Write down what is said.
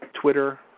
Twitter